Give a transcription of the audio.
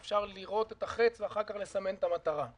שאפשר לירות את החץ ואחר כך לסמן את המטרה.